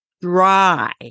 dry